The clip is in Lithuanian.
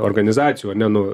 organizacijų ane nu